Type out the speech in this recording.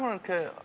ah okay.